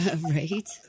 Right